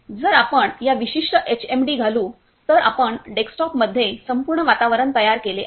जर आपण हा विशिष्ट एचएमडी घालू तर आपण डेस्कटॉपमध्ये संपूर्ण वातावरण तयार केले आहे